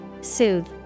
Soothe